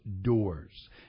doors